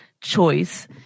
choice